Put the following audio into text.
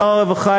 שר הרווחה,